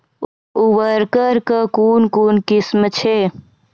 उर्वरक कऽ कून कून किस्म छै?